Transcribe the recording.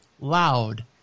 loud